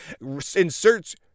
inserts